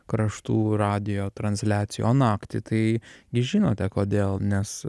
kraštų radijo transliacijų o naktį tai gi žinote kodėl nes